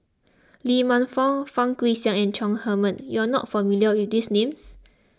Lee Man Fong Fang Guixiang and Chong Heman You are not familiar with these names